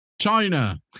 China